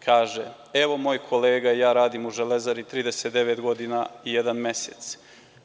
Kaže: „Evo, moj kolega i ja radimo u „Železari“ 39 godina i jedan mesec,